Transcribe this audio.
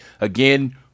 Again